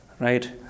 right